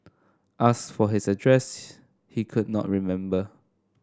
asked for his address he could not remember